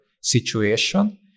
situation